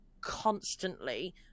constantly